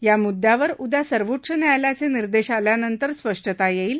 या मुद्यावर उदया सर्वोच्च न्यायालयाचे निर्देश आल्यानंतर स्पष्टता येईल